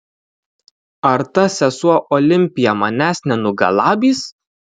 ar ta sesuo olimpija manęs nenugalabys